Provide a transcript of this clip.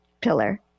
pillar